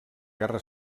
guerra